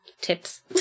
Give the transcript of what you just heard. Tips